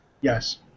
Yes